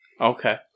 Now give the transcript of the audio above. Okay